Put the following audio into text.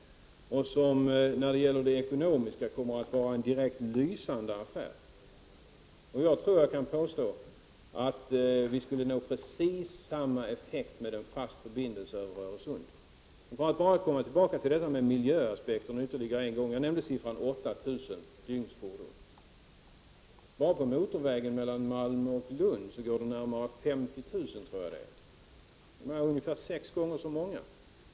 Rent ekonomiskt kommer det att vara en lysande affär. Jag vågar påstå att vi skulle nå precis samma effekt med en fast förbindelse över Öresund. Jag kommer tillbaka till miljöaspekterna ytterligare en gång. Jag nämnde tidigare siffran 8 000 fordon per dygn. Bara på motorvägen mellan Malmö och Lund tror jag att det är 50 000 fordon per dygn, dvs. ungefär sex gånger så många.